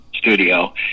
studio